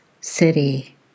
City